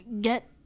get